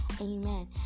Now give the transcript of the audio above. Amen